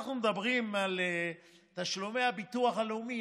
כשאנחנו מדברים על תשלומי הביטוח הלאומי,